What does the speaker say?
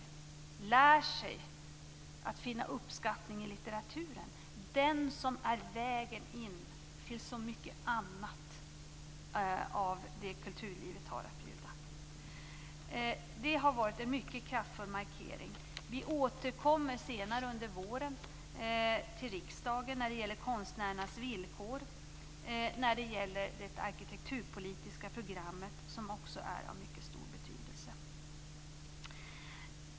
Om de inte lär sig att finna uppskattning i litteraturen - den som är vägen in till så mycket annat av det kulturlivet har att bjuda? Det har varit en mycket kraftfull markering. Vi återkommer senare under våren till riksdagen när det gäller konstnärernas villkor och när det gäller det arkitekturpolitiska programmet, som också är av mycket stor betydelse.